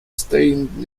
stained